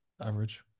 average